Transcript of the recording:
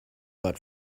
but